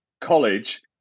college